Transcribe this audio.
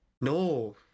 no